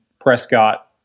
Prescott